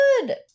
good